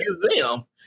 museum